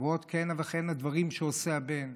ועוד כהנה וכהנה דברים שעושה הבן,